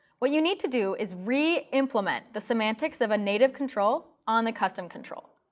what you need to do is reimplement the semantics of a native control on the custom control.